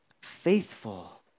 faithful